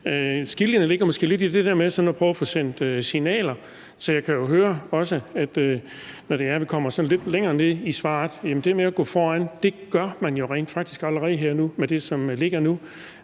Skillelinjen ligger måske lidt i det der med at prøve at få sendt signaler. Og jeg kan jo høre, når vi kommer lidt længere ned i svaret, at det med at gå foran gør man rent faktisk allerede med det, der ligger nu.